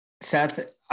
Seth